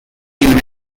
unit